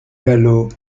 galop